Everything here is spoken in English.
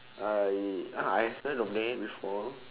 I ah I've heard of that before